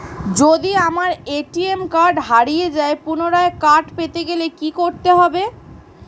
যদি আমার ATM card হারিয়ে যায় পুনরায় কার্ড পেতে গেলে কি করতে হবে?